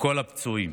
לכל הפצועים,